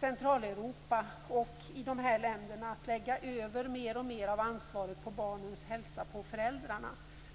Centraleuropa och i de här länderna att lägga över mer och mer av ansvaret för barnens hälsa på föräldrarna.